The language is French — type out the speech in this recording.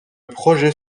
projet